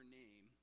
name